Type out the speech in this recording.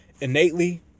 innately